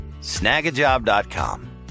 Snagajob.com